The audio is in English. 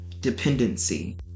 dependency